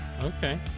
Okay